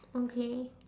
okay